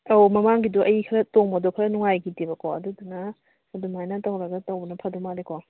ꯑꯧ ꯃꯃꯥꯡꯒꯤꯗꯣ ꯑꯩ ꯈꯔ ꯇꯣꯡꯕꯗꯣ ꯈꯔ ꯅꯨꯡꯉꯥꯏꯈꯤꯗꯦꯕꯀꯣ ꯑꯗꯨꯗꯨꯅ ꯑꯗꯨꯃꯥꯏꯅ ꯇꯧꯔꯒ ꯇꯧꯕꯅ ꯐꯗꯧ ꯃꯥꯜꯂꯦꯀꯣ